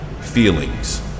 feelings